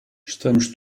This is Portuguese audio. estamos